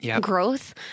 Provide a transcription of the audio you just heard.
growth